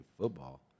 football